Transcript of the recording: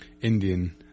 Indian